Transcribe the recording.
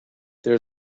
there